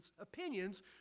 opinions